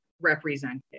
represented